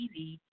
TV